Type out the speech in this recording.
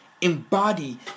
embody